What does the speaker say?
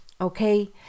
okay